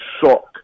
shock